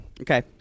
Okay